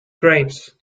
grapes